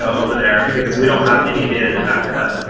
over there, because we don't have any data to back it up.